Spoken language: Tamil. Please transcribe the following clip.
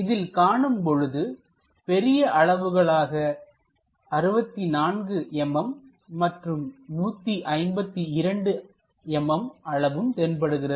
இதில் காணும் பொழுதுபெரிய அளவுகளாக 64 mm மற்றும் 152 mm அளவும் தென்படுகிறது